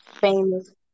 famous